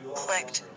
clicked